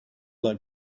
like